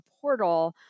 portal